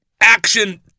action